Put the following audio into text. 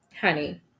honey